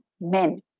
men